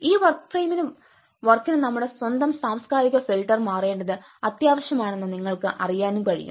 ഈ work frame വർക്കിന് നമ്മുടെ സ്വന്തം സാംസ്കാരിക ഫിൽട്ടർ മാറേണ്ടത് അത്യാവശ്യമാണെന്ന് നിങ്ങൾക്ക് അറിയാനും കഴിയും